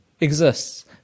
exists